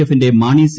എഫിന്റെ മാണി സി